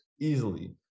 easily